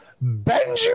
Benjamin